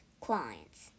clients